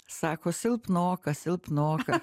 sako silpnoka silpnoka